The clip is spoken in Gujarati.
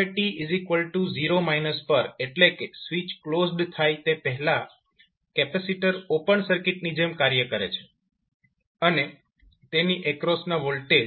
હવે t0 પર એટલે કે સ્વીચ ક્લોઝડ થાય તે પહેલાં કેપેસિટર ઓપન સર્કિટની જેમ કાર્ય કરે છે અને તેની એક્રોસના વોલ્ટેજ